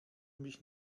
mich